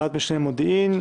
ועדת המשנה לענייני מודיעין,